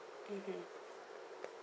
mmhmm